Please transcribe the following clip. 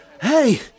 Hey